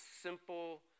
simple